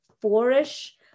four-ish